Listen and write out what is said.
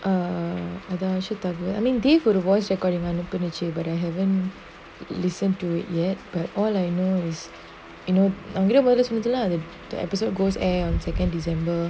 um although she doesn't I mean dave would voice recording that actually but I haven't listened to it yet but all I know is you know இன்னும்நெறயபெரு:innum neraya peru the episode goes air on second december